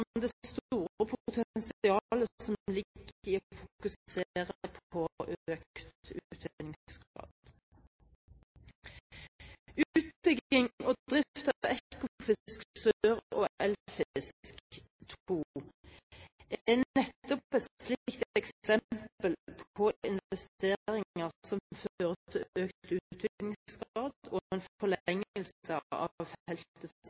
det store potensialet som ligger i å fokusere på økt utvinningsgrad. Utbygging og drift av Ekofisk sør og Eldfisk II er nettopp et slikt eksempel på investeringer som fører til økt